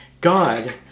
God